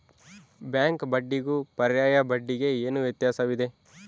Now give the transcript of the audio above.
Bank ಬಡ್ಡಿಗೂ ಪರ್ಯಾಯ ಬಡ್ಡಿಗೆ ಏನು ವ್ಯತ್ಯಾಸವಿದೆ?